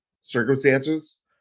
circumstances